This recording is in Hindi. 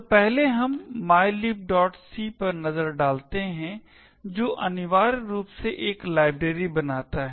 तो पहले हमें mylibc पर नजर डालते हैं जो अनिवार्य रूप से एक लाइब्रेरी बनाता है